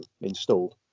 installed